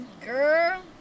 Girl